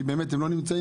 כי הם באמת לא נמצאים.